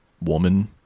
woman